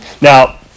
Now